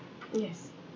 yes